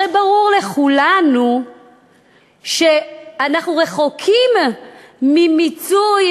הרי ברור לכולנו שאנחנו רחוקים ממיצוי